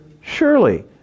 Surely